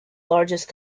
largest